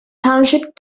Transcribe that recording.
township